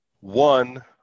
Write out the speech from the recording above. One